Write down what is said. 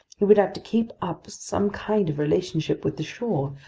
he would have to keep up some kind of relationship with the shore,